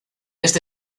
este